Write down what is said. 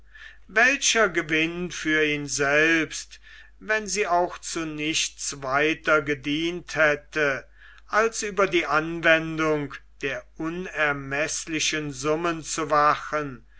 welcher gewinn für ihn selbst wenn sie auch zu nichts weiter gedient hätte als über die anwendung der unermeßlichen summen zu wachen